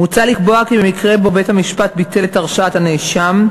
מוצע לקבוע כי במקרה שבו בית-המשפט ביטל את הרשעת הנאשם,